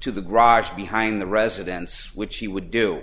to the garage behind the residence which he would do